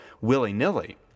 willy-nilly